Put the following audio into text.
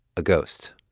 a ghost.